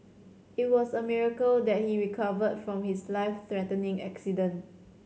it was a miracle that he recovered from his life threatening accident